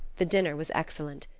the dinner was excellent.